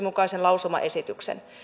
mukaisen lausumaesityksen